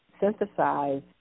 synthesize